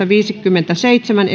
viisikymmentäseitsemän